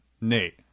Nate